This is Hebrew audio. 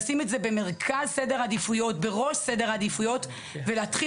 לשים את זה בראש סדר העדיפויות ולהתחיל